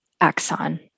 axon